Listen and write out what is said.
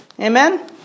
Amen